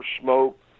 smoke